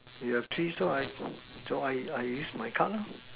you have three so I so I use my card lah